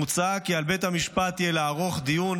מוצע כי על בית המשפט יהיה לערוך דיון